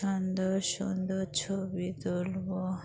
সুন্দর সুন্দর ছবি তোুলবো